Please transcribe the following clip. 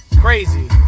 Crazy